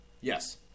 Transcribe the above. Yes